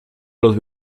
los